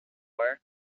war